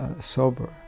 sober